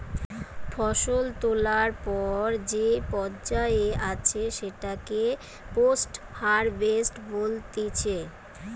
ফসল তোলার পর যে পর্যায়ে আছে সেটাকে পোস্ট হারভেস্ট বলতিছে